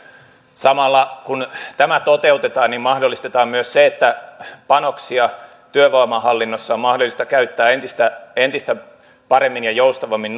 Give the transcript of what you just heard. samalla kun tämä toteutetaan mahdollistetaan myös se että panoksia työvoimahallinnossa on mahdollista käyttää entistä entistä paremmin ja joustavammin